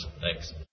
Thanks